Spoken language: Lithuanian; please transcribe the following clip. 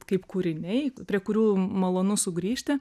kaip kūriniai prie kurių malonu sugrįžti